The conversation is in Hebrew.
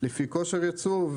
לפי כושר ייצור.